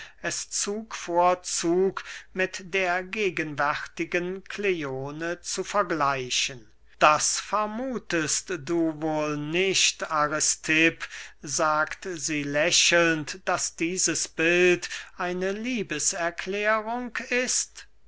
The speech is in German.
zug vor zug mit der gegenwärtigen kleone zu vergleichen das vermuthest du wohl nicht aristipp sagt sie lächelnd daß dieses bild eine liebeserklärung ist